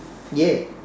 ya